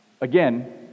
again